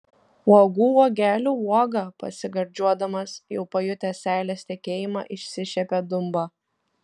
uogų uogelių uoga pasigardžiuodamas jau pajutęs seilės tekėjimą išsišiepė dumba